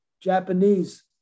Japanese